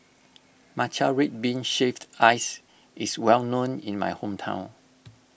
Matcha Red Bean Shaved Ice is well known in my hometown